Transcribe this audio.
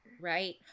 Right